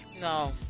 No